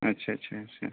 अच्छा अच्छा अच्छा